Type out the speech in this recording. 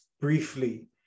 briefly